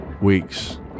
Weeks